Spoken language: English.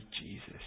Jesus